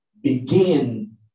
begin